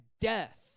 death